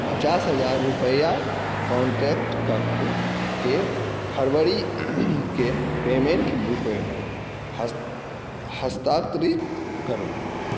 पचास हजार रुपैआ कॉन्टैक्ट कऽ के फरवरीके पेमेंटके रूपमे हस्तांतरित करू